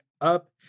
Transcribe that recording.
up